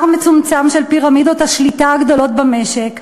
מצומצם של פירמידות השליטה הגדולות במשק,